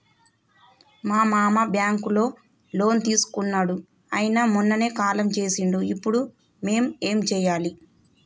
మా మామ బ్యాంక్ లో లోన్ తీసుకున్నడు అయిన మొన్ననే కాలం చేసిండు ఇప్పుడు మేం ఏం చేయాలి?